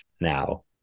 now